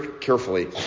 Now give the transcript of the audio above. carefully